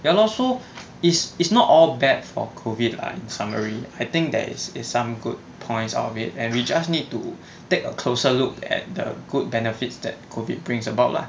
ya lor so is is not all bad for COVID lah in summary I think there is is some good points out of it and we just need to take a closer look at the good benefits that COVID brings about lah